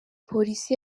polisi